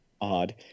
odd